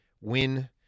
win